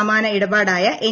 സമാന ഇടപാടായ എൻ